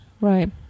Right